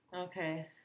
Okay